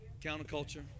Counterculture